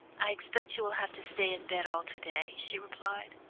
i expect you will have to stay in bed all to-day, she replied.